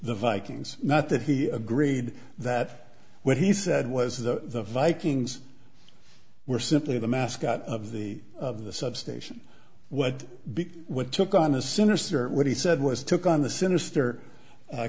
the vikings not that he agreed that what he said was the vikings were simply the mascot of the of the substation what what took on a sinister what he said was took on the sinister